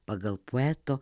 pagal poeto